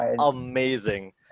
amazing